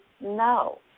no